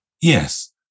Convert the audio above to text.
Yes